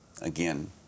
Again